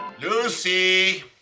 Lucy